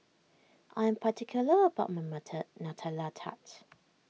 I am particular about my Nutella Tarts